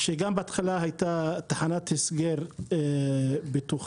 שגם בהתחלה הייתה תחנת הסגר בטוחה,